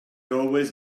always